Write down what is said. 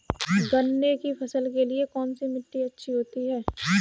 गन्ने की फसल के लिए कौनसी मिट्टी अच्छी होती है?